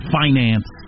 finance